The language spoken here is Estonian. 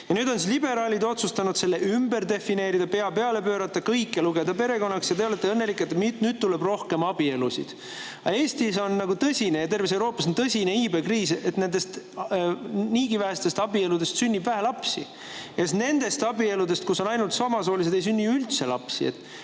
Nüüd on liberaalid otsustanud selle ümber defineerida, pea peale pöörata, kõike lugeda perekonnaks. Teie olete õnnelik, et nüüd tuleb rohkem abielusid. Aga Eestis ja terves Euroopas on tõsine iibekriis, nendest niigi vähestest abieludest sünnib vähe lapsi. Nendest abieludest, kus on ainult samasoolised, ei sünni ju üldse lapsi.